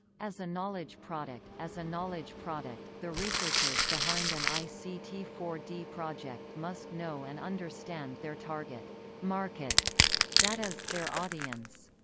as a knowledge product as a knowledge product, the researchers behind an i c t four d project must know and understand their target market that is, their audience.